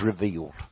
revealed